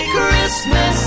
Christmas